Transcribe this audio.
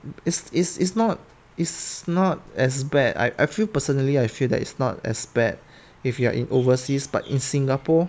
is is is not is not as bad I I feel personally I feel that it's not as bad if you are in overseas but in singapore